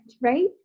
right